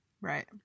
Right